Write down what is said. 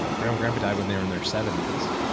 and grandma or grandpa died when they were in their seventies,